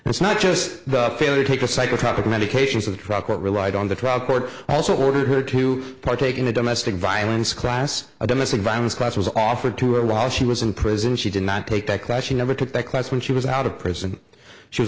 and it's not just the failure to take the psychotropic medications of the truck relied on the trial court also ordered her to partake in a domestic violence class a domestic violence class was offered to her while she was in prison she did not take that question never took that class when she was out of prison she was